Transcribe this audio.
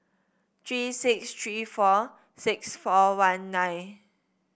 three six three four six four one nine